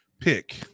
pick